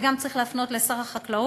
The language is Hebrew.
וגם צריך להפנות לשר החקלאות.